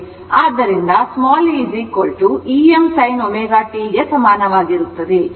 ಆದ್ದರಿಂದ e Em sin ω t ಗೆ ಸಮಾನವಾಗಿರುತ್ತದೆ